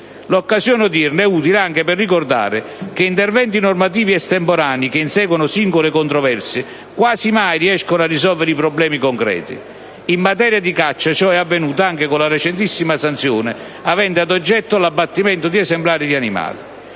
L'occasione odierna è utile anche per ricordare che interventi normativi estemporanei che inseguono singole controversie, quasi mai riescono a risolvere i problemi concreti. In materia di caccia ciò è avvenuto anche con la recentissima sanzione avente ad oggetto l'abbattimento di esemplari di animali.